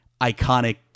iconic